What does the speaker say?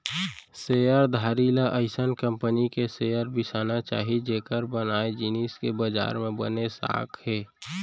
share धारी ल अइसन कंपनी के शेयर बिसाना चाही जेकर बनाए जिनिस के बजार म बने साख हे